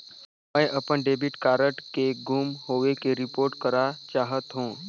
मैं अपन debit card के गुम होवे के रिपोर्ट करा चाहत हों